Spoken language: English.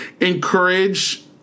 encourage